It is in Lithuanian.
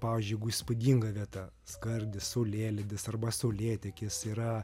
pavyzdžiui jeigu įspūdinga vieta skardis saulėlydis arba saulėtekis yra